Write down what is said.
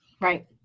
Right